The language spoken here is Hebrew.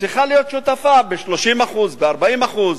צריכה להיות שותפה ב-30%, ב-40%.